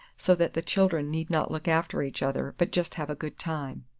so that the children need not look after each other, but just have a good time.